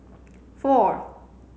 four